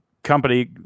Company